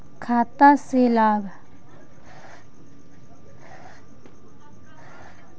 खाता से लाभ?